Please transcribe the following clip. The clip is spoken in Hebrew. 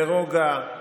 ברוגע.